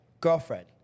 girlfriend